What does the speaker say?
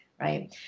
right